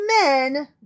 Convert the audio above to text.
men